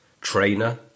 trainer